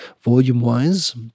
volume-wise